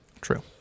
True